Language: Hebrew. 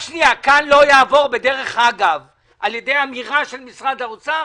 כאן לא יעבור בדרך אגב על-ידי אמירה של משרד האוצר,